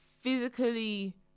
Physically